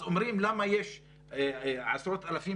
אז אומרים למה יש עשרות אלפים